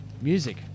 Music